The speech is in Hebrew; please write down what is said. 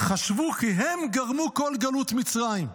"חשבו כי הם גרמו כל גלות מצרים".